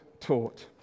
taught